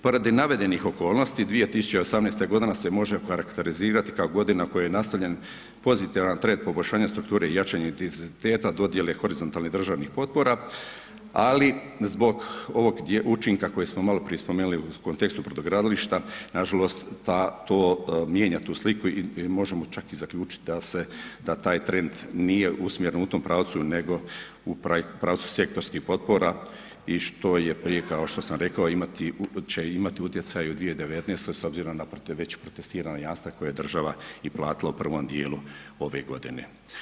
Po radi navedenih okolnosti 2018. godina se može okarakterizirati kao godina u kojoj je nastavljen pozitivan trend poboljšanja strukture i jačanje intenziteta dodjele horizontalnih državnih potpora ali zbog ovog učinka koji smo maloprije spomenuli u kontekstu brodogradilišta, nažalost to mijenja tu sliku i možemo čak i zaključiti da taj trend nije usmjeren u tom pravcu nego u pravcu sektorskih potpora i što je prije kao što sam rekao će imati utjecaj u 2019. s obzirom na već protestiran jamstva koje je država i platila u prvom djelu ove godine.